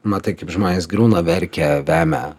matai kaip žmonės griūna verkia vemia